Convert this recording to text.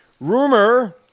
rumor